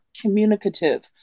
communicative